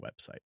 website